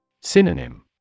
Synonym